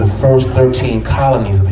first thirteen colonies